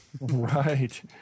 Right